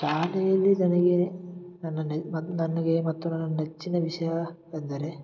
ಶಾಲೆಯಲ್ಲಿ ನನಗೆ ನನ್ನ ನೆನ್ಪು ಬಂದು ನನಗೆ ಮತ್ತು ನನ್ನ ನೆಚ್ಚಿನ ವಿಷಯ ಅಂದರೆ